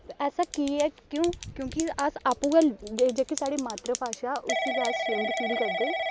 ते ऐसा की ऐ क्यों क्योंकि अस आपूं गै जेह्की साढ़ी मात्तर भाशा उसी गै अस शेम्ड फील करदे